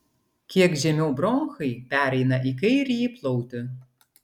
kiek žemiau bronchai pereina į kairįjį plautį